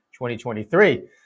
2023